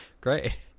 Great